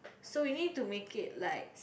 so you need to make it like